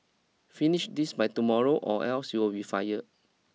finish this by tomorrow or else you'll be fired